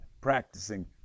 practicing